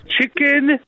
Chicken